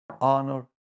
honor